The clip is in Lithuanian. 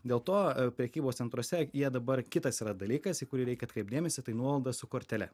dėl to prekybos centruose jie dabar kitas yra dalykas į kurį reikia atkreipt dėmesį tai nuolaidas su kortele